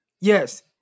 Yes